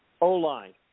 O-line